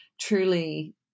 truly